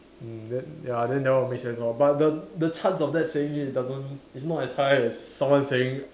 mm then ya then that one will make sense lor but the the chance of that saying it doesn't is not as high as someone saying